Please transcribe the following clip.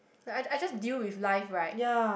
the I just I just deal with life right